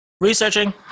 researching